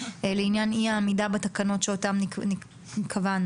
לעניין אי העמידה בתקנות שאותן קבענו.